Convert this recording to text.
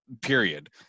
period